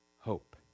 hope